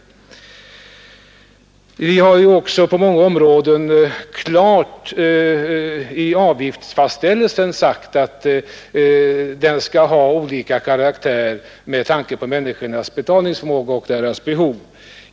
När det gäller avgiftsfastställelser har vi också på många områden klart sagt att avgiften skall ha olika karaktär med hänsyn till människors betalningsförmåga och behov.